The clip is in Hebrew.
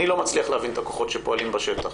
אני לא מצליח להבין את הכוחות שפועלים בשטח.